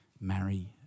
Marry